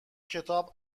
کتاب